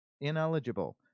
Ineligible